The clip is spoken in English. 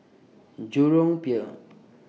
Jurong Pier